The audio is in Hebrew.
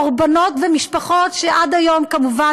קורבנות ומשפחות שעד היום כמובן,